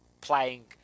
playing